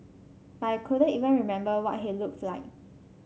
but I couldn't even remember what he looked like